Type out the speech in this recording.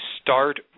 start